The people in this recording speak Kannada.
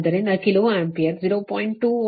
ಆದ್ದರಿಂದ ಕಿಲೋ ಆಂಪಿಯರ್ 0